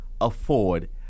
afford